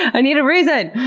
i need a reason!